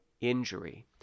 injury